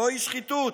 זוהי שחיתות.